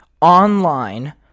online